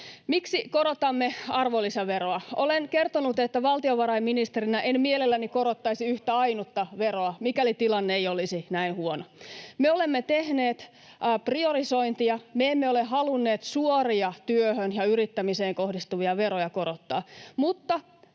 Miksi korotamme arvonlisäveroa? Olen kertonut, että valtiovarainministerinä en mielelläni korottaisi yhtä ainutta veroa, mikäli tilanne ei olisi näin huono. Me olemme tehneet priorisointia. Me emme ole halunneet suoria työhön ja yrittämiseen kohdistuvia veroja korottaa.